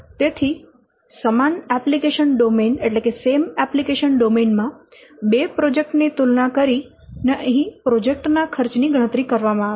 તેથી સમાન application domain માં બે પ્રોજેક્ટ ની તુલના કરીને અહીં પ્રોજેક્ટ ના ખર્ચ ની ગણતરી કરવામાં આવે છે